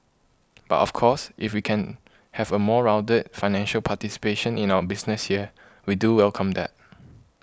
but of course if we can have a more rounded financial participation in our business here we do welcome that